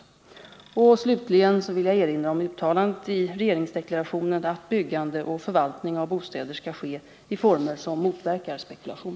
Jag vill slutligen erinra om uttalandena i regeringsdeklarationen att byggande och förvaltning av bostäder skall ske i former som motverkar spekulation.